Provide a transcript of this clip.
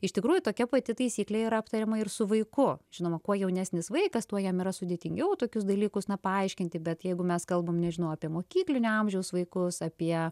iš tikrųjų tokia pati taisyklė yra aptariama ir su vaiku žinoma kuo jaunesnis vaikas tuo jam yra sudėtingiau tokius dalykus na paaiškinti bet jeigu mes kalbam nežinau apie mokyklinio amžiaus vaikus apie